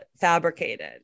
fabricated